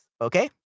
okay